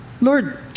Lord